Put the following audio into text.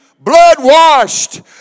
blood-washed